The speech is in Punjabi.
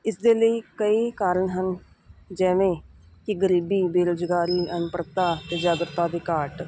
ਇਸਦੇ ਲਈ ਕਈ ਕਾਰਨ ਹਨ ਜਿਵੇਂ ਕਿ ਗਰੀਬੀ ਬੇਰੁਜ਼ਗਾਰੀ ਅਨਪੜ੍ਹਤਾ ਅਤੇ ਜਾਗਰਤਾ ਦੀ ਘਾਟ